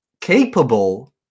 capable